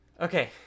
Okay